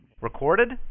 Recorded